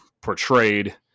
portrayed